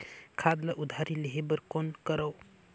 खाद ल उधारी लेहे बर कौन करव?